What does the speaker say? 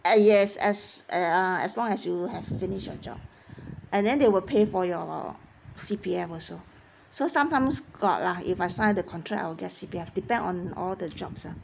ah yes as eh uh as long as you have finished your job and then they will pay for your C_P_F also so sometimes got lah if I sign the contract I'll get C_P_F depend on all the jobs ah